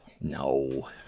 no